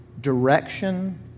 Direction